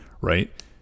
right